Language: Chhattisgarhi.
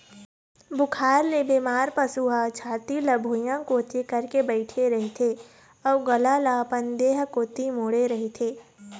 बुखार ले बेमार पशु ह छाती ल भुइंया कोती करके बइठे रहिथे अउ गला ल अपन देह कोती मोड़े रहिथे